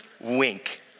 Wink